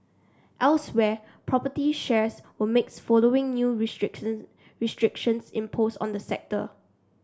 elsewhere property shares were mixed following new restriction restrictions imposed on the sector